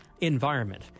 environment